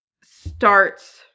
starts